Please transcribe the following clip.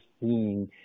seeing